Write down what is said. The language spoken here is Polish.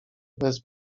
bez